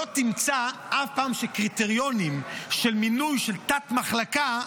לא תמצא אף פעם שקריטריונים של מינוי של תת-מחלקה,